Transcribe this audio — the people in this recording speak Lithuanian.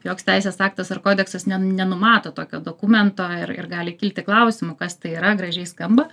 joks teisės aktas ar kodeksas nen nenumato tokio dokumento ir ir gali kilti klausimų kas tai yra gražiai skamba